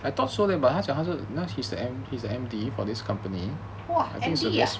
!wah! M_D ah